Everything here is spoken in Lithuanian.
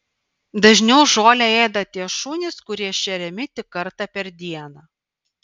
dažniau žolę ėda tie šunys kurie šeriami tik kartą per dieną